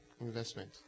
investment